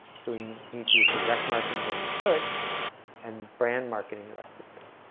so we need to use direct marketing when we should and brand marketing the rest of the time.